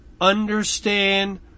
understand